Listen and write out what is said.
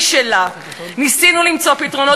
ציפו לשינוי המיוחל,